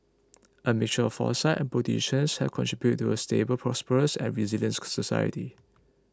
a mixture of foresight and bold decisions have contributed to a stable prosperous and resilient society